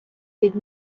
від